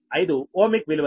1495 ohmic విలువలు